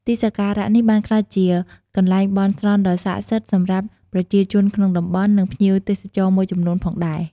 ទីសក្ការៈនេះបានក្លាយជាកន្លែងបន់ស្រន់ដ៏ស័ក្តិសិទ្ធិសម្រាប់ប្រជាជនក្នុងតំបន់ និងភ្ញៀវទេសចរមួយចំនួនផងដែរ។